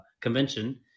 convention